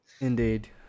Indeed